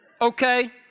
okay